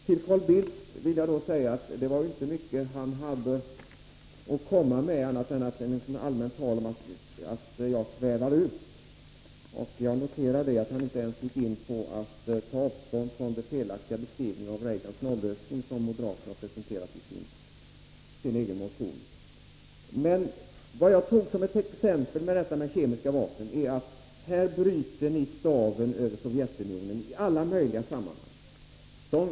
Till Carl Bildt vill jag säga att det inte var mycket han hade att komma med annat än allmänt tal om att jag svävar ut. Jag noterar att han inte ens tog avstånd från den felaktiga beskrivningen av Reagans nollösning, som moderaterna har presenterat i sin egen motion. Jag tog de kemiska vapnen som exempel för att visa att moderaterna här bryter staven över Sovjetunionen i alla möjliga sammanhang.